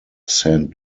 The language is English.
saint